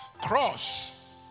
Cross